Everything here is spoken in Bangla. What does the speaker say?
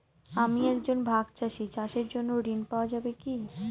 আমি একজন ভাগ চাষি চাষের জন্য ঋণ পাওয়া যাবে কি?